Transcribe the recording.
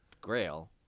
grail